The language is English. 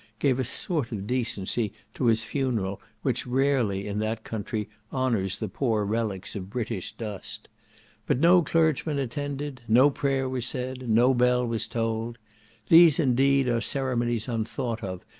gave a sort of decency to his funeral which rarely, in that country, honors the poor relics of british dust but no clergyman attended, no prayer was said, no bell was tolled these, indeed, are ceremonies unthought of,